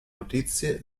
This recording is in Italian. notizie